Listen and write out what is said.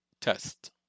test